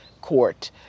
court